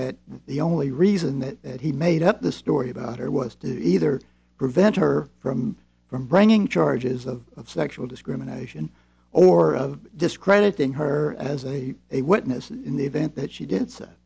that the only reason that he made up the story about her was to either prevent her from from bringing charges of sexual discrimination or of discrediting her as a a witness in the event that she did sa